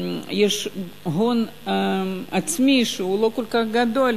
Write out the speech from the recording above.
יש הון עצמי שהוא לא כל כך גדול.